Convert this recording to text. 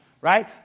Right